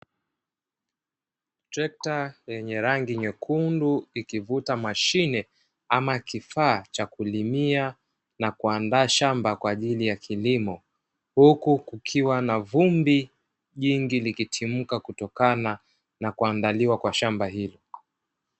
Trekta lenye rangi nyekundu likivuta mashine ama kifaa cha kulimia na kuandaa shamba kwa ajili ya kilimo, huku kukiwa na vumbi jingi likitimka kutokana na kuandaliwa kwa shamba hilo.